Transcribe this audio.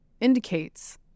indicates